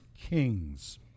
Kings